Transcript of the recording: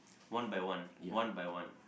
one by one one by one